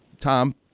Tom